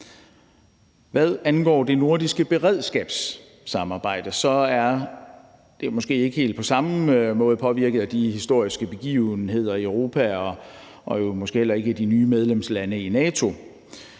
Hvad angår det nordiske beredskabssamarbejde er det måske ikke helt på samme måde påvirket af de historiske begivenheder i Europa og måske heller ikke i de